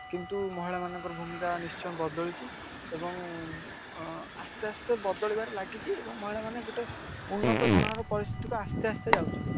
କିନ୍ତୁ ମହିଳାମାନଙ୍କର ଭୂମିକା ନିଶ୍ଚୟ ବଦଳିଛି ଏବଂ ଆସ୍ତେ ଆସ୍ତେ ବଦଳିବାରେ ଲାଗିଛି ଏବଂ ମହିଳାମାନେ ଗୋଟେ ଉନ୍ନତ ଧରଣର ପରିସ୍ଥିତିକୁ ଆସ୍ତେ ଆସ୍ତେ ଯାଉଛନ୍ତି